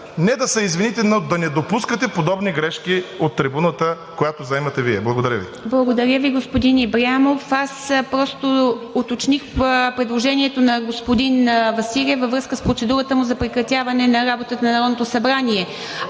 не да се извините, но да не допускате подобни грешки от трибуната, която Вие заемате. Благодаря Ви. ПРЕДСЕДАТЕЛ ИВА МИТЕВА: Благодаря Ви, господин Ибрямов. Аз просто уточних предложението на господин Василев във връзка с процедурата ми за прекратяване на работата на Народното събрание,